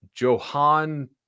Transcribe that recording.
Johan